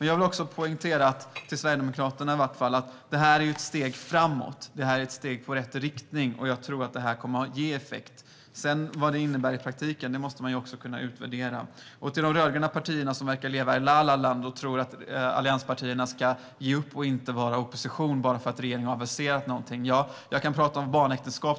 Jag vill dock poängtera, i alla fall för Sverigedemokraternas skull, att detta är ett steg framåt. Det är ett steg i rätt riktning, och jag tror att det kommer att ge effekt. Vad det sedan innebär i praktiken måste man kunna utvärdera. Till de rödgröna partierna, som verkar leva i la-la-land och tro att allianspartierna ska ge upp och inte agera som opposition bara för att regeringen har aviserat någonting, vill jag säga: Jag kan tala om barnäktenskap.